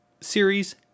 series